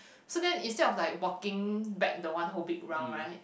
so then instead of like walking back the one whole big round right